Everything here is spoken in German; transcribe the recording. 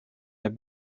der